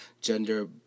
gender